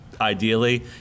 ideally